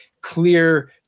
clear